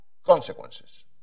Consequences